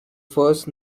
first